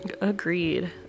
agreed